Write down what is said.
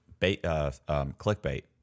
clickbait